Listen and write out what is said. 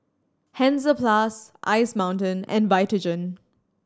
Hansaplast Ice Mountain and Vitagen